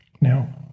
Now